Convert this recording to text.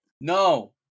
No